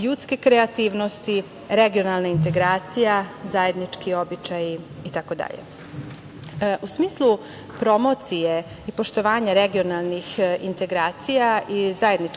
ljudske kreativnosti, regionalnih integracija, zajednički običaji itd.U smislu promocije i poštovanja regionalnih integracija i zajedničke